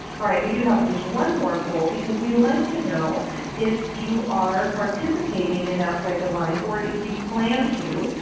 all right, we do have just one more poll because we'd like to know if you are participating in outside the lines or if you plan to,